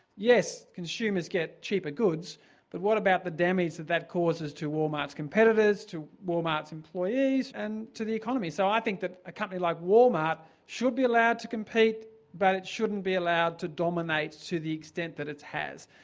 yes, consumers get cheaper goods but what about the damage that causes to wal-mart's competitors, to wal-mart's employees, and to the economy. so i think that a company like wal-mart should be allowed to compete but it shouldn't be allowed to dominate to the extent that it has.